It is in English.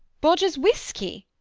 bodger's whisky!